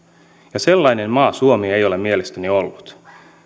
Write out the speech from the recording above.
sellainen maa suomi ei ole mielestäni ollut